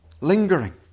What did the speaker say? Lingering